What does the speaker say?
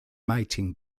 mating